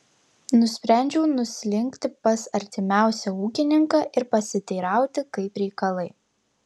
nusprendžiau nuslinkti pas artimiausią ūkininką ir pasiteirauti kaip reikalai